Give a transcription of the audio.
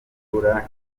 kubura